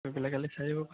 বেলেগ আহিলে চাই আহিব